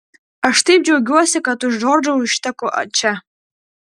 aš taip džiaugiuosi kad už džordžo išteku čia